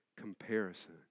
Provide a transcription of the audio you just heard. Comparison